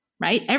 Right